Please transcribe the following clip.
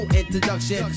introduction